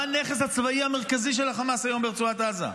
מה הנכס הצבאי המרכזי של החמאס היום ברצועת עזה?